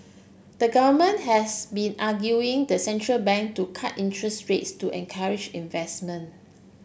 the government has been arguing the central bank to cut interest rates to encourage investment